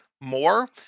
more